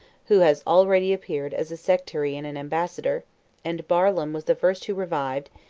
who has already appeared as a sectary and an ambassador and barlaam was the first who revived,